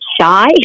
shy